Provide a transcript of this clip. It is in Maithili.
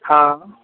हँ